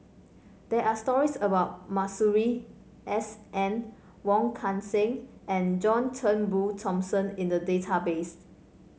there are stories about Masuri S N Wong Kan Seng and John Turnbull Thomson in the database